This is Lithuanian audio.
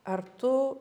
ar tu